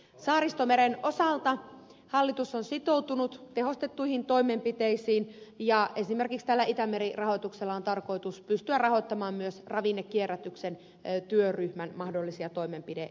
saaristomeren osalta hallitus on sitoutunut tehostettuihin toimenpiteisiin ja esimerkiksi tällä itämeri rahoituksella on tarkoitus pystyä rahoittamaan myös ravinnekierrätyksen työryhmän mahdollisia toimenpide ehdotuksia